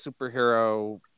superhero